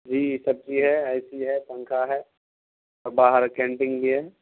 جی سب چیز ہے اے سی ہے پنکھا ہے اور باہر کینٹین بھی ہے